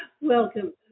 Welcome